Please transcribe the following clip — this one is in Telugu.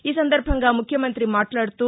ఈసందర్బంగా ముఖ్యమంతి మాట్లాదుతూ